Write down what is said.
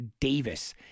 Davis